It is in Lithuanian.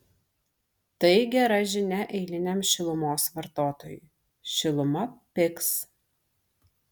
tai gera žinia eiliniam šilumos vartotojui šiluma pigs